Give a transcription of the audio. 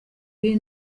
yiyi